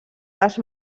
les